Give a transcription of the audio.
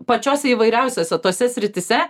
pačiose įvairiausiose tose srityse